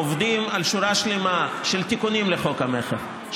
עובדים על שורה שלמה של תיקונים לחוק המכר,